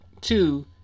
two